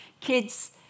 kids